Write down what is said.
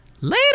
later